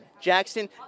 Jackson